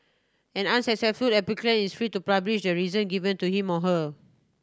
an unsuccessful applicant is free to publish the reason given to him or her